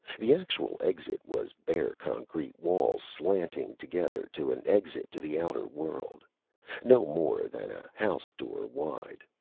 the actual exit was bare concrete walls slanting together to an exit to the outer world no more than a house-door wide.